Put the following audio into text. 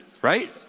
Right